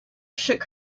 shook